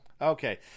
Okay